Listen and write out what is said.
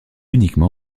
uniquement